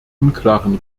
unklaren